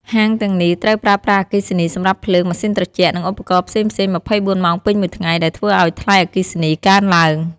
ហាងទាំងនេះត្រូវប្រើប្រាស់អគ្គិសនីសម្រាប់ភ្លើង ម៉ាស៊ីនត្រជាក់ និងឧបករណ៍ផ្សេងៗ ២៤ ម៉ោងពេញមួយថ្ងៃ ដែលធ្វើឲ្យថ្លៃអគ្គិសនីកើនឡើង។